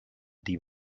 die